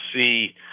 see